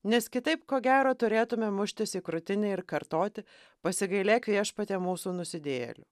nes kitaip ko gero turėtumėm muštis į krūtinę ir kartoti pasigailėk viešpatie mūsų nusidėjėlių